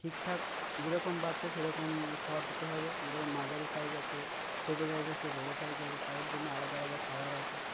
ঠিকঠাক যেরকম বাচ্চা সেই রকম খাবার দিতে হবে যেরকম মাঝারি সাইজ আছে ছোটো সাইজ আছে বড়ো সাইজ আছে তাদের জন্য আলাদা আলাদা খাবার আছে